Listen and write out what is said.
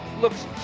looks